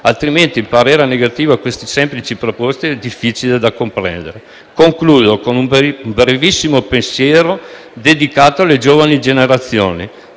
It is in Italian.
altrimenti il parere contrario a queste semplici proposte è difficile da comprendere. Concludo con un brevissimo pensiero dedicato alle giovani generazioni: